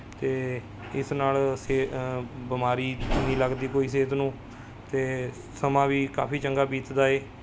ਅਤੇ ਇਸ ਨਾਲ ਸਿਹ ਬਿਮਾਰੀ ਨਹੀਂ ਲੱਗਦੀ ਕੋਈ ਸਿਹਤ ਨੂੰ ਅਤੇ ਸਮਾਂ ਵੀ ਕਾਫੀ ਚੰਗਾ ਬੀਤਦਾ ਏ